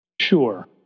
Sure